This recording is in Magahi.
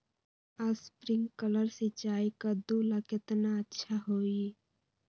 स्प्रिंकलर सिंचाई कददु ला केतना अच्छा होई?